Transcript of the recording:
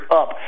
up